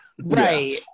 Right